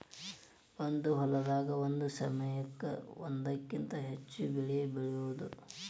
ಒಂದ ಹೊಲದಾಗ ಒಂದ ಸಮಯಕ್ಕ ಒಂದಕ್ಕಿಂತ ಹೆಚ್ಚ ಬೆಳಿ ಬೆಳಿಯುದು